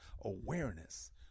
Awareness